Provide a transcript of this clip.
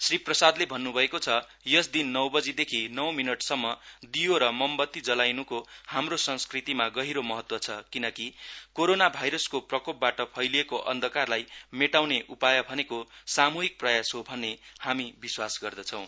श्री प्रसादले भन्न् भएको छ यस दिन नौ बजी देखि नौ मिनटसम्म दियो र ममबत्ती जलाउन्को हाम्रो संस्कृतिमा गहिरो महत्व छ किन कि कोरोना भाइरसको प्रकोपबाट फैलिएको अन्धकारलाई मेटाउने उपाय भनेको साम्हिक प्रयास हो भन्ने हामी विश्वास गर्दछौं